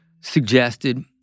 suggested